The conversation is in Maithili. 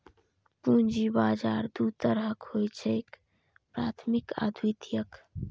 पूंजी बाजार दू तरहक होइ छैक, प्राथमिक आ द्वितीयक